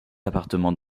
appartement